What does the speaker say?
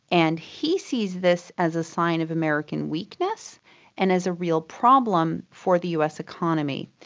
and he sees this as a sign of american weakness and as a real problem for the us economy.